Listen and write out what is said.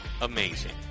amazing